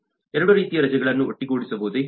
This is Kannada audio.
ಎರಡು ರೀತಿಯ ರಜೆಗಳನ್ನು ಒಟ್ಟುಗೂಡಿಸಬಹುದೇ